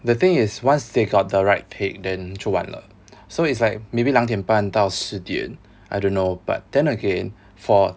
the thing is once they got the right pick then 就完了 so it's like maybe 两点半到十点 I don't know but then again for